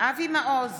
אבי מעוז,